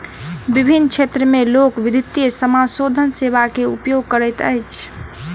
विभिन्न क्षेत्र में लोक, विद्युतीय समाशोधन सेवा के उपयोग करैत अछि